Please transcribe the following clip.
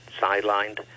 sidelined